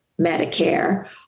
Medicare